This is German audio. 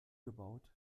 gebaut